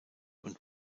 und